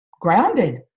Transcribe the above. grounded